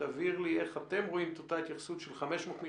שתבהיר לי איך אתם רואים את אותה התייחסות